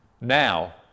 Now